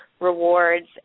rewards